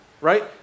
Right